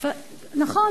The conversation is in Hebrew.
נכון,